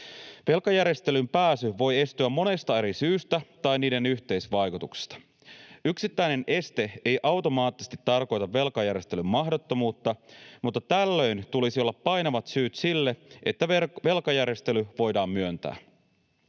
Velkajärjestelyyn pääsy voi estyä monesta eri syystä tai niiden yhteisvaikutuksesta. Yksittäinen este ei automaattisesti tarkoita velkajärjestelyn mahdottomuutta, mutta tällöin tulisi olla painavat syyt sille, että velkajärjestely voidaan myöntää.